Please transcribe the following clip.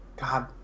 God